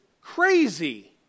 crazy